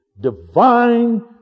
divine